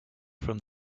from